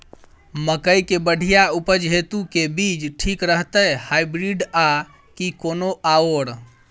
मकई केँ बढ़िया उपज हेतु केँ बीज ठीक रहतै, हाइब्रिड आ की कोनो आओर?